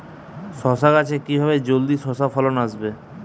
শশা গাছে কিভাবে জলদি শশা ফলন আসবে?